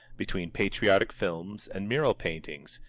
between patriotic films and mural paintings,